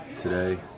today